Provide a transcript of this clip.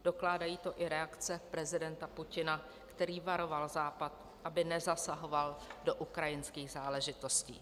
Dokládají to i reakce prezidenta Putina, který varoval Západ, aby nezasahoval do ukrajinských záležitostí.